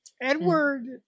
Edward